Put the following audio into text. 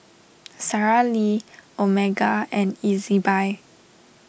Sara Lee Omega and Ezbuy